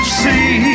see